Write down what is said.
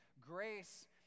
grace